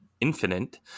infinite